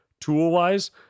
tool-wise